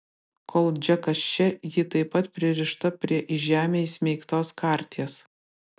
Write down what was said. kol džekas čia ji taip pat pririšta prie į žemę įsmeigtos karties